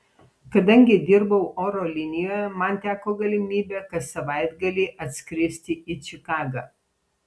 kadangi dirbau oro linijoje man teko galimybė kas savaitgalį atskristi į čikagą